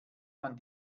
man